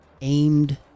aimed